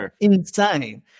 insane